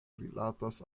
rilatas